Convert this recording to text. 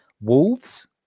Wolves